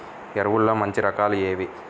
ఎరువుల్లో మంచి రకాలు ఏవి?